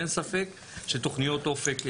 ואין ספק שתוכניות אופק מובילות,